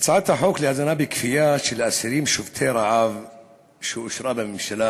הצעת החוק להזנה בכפייה של אסירים שובתי רעב שאושרה בממשלה